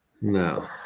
No